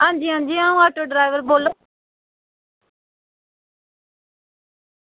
आं जी आं जी आं अं'ऊ ऑटो ड्राईबर बोल्ला ना